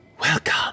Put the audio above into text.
Welcome